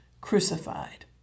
crucified